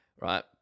Right